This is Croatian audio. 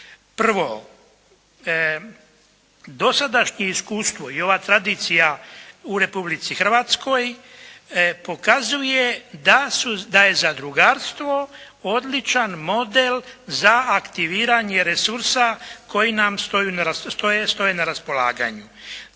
Prvo, dosadašnje iskustvo i ova tradicija u Republici Hrvatskoj pokazuje da je zadrugarstvo odličan model za aktiviranje resursa koji nam stoje na raspolaganju.